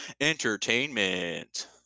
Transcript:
entertainment